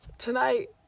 Tonight